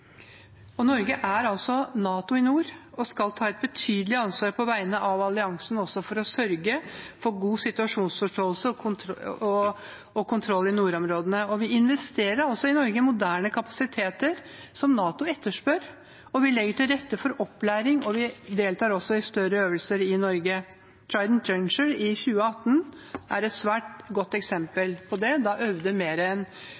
Norge er NATO i nord og skal ta et betydelig ansvar på vegne av alliansen, også for å sørge for god situasjonsforståelse og kontroll i nordområdene. Vi investerer i Norge i moderne kapasiteter som NATO etterspør, vi legger til rette for opplæring, og vi deltar i større øvelser i Norge. Trident Juncture i 2018 er et svært godt eksempel på det. Da øvde mer enn